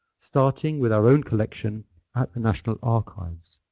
starting with our own collection at the national archives.